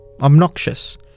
obnoxious